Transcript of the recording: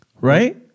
right